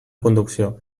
conducció